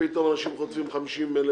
פתאום אנשים חוטפים 50,000,